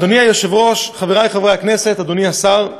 אדוני היושב-ראש, חברי חברי הכנסת, אדוני השר,